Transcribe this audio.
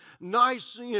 nice